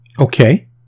Okay